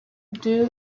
due